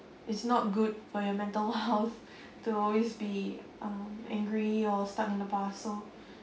it's not good for your mental health to always be um angry or stuck in the past so